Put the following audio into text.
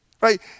Right